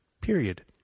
period